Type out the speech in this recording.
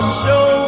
show